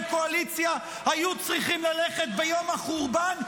קואליציה היו צריכים ללכת ביום החורבן.